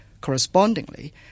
Correspondingly